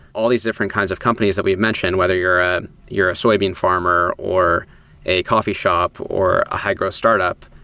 all these different kinds of companies that we've mention, whether you're ah you're a soybean farmer, or a coffee shop, or a high-growth startup,